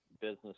business